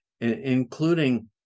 including